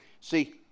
See